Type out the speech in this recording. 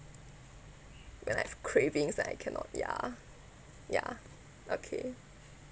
when I've cravings that I cannot ya ya okay